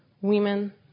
women